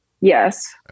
Yes